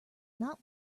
not